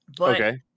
Okay